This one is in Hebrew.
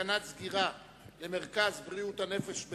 סכנת סגירה למרכז בריאות הנפש בשדרות.